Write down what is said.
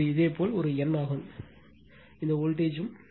இது இதேபோல் ஒரு n ஆகும் இதேபோல் இந்த வோல்ட்டேஜ்ம்